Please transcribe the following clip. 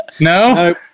no